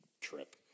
trip